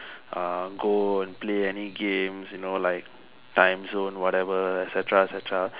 go and play any games like timezone whatever et cetera et cetera